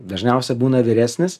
dažniausiai būna vyresnis